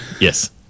yes